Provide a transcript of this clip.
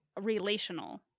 relational